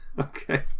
Okay